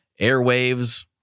airwaves